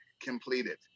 completed